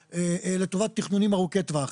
לטובת תכנונים ארוכי טווח.